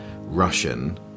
Russian